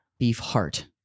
Beefheart